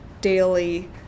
daily